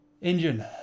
engine